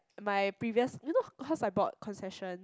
my previous you know cause I bought concession